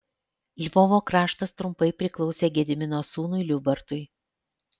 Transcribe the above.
lvovo kraštas trumpai priklausė gedimino sūnui liubartui